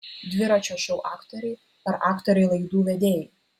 dviračio šou aktoriai ar aktoriai laidų vedėjai